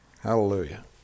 Hallelujah